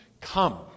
come